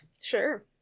Sure